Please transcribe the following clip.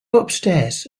upstairs